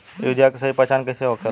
Urea के सही पहचान कईसे होखेला?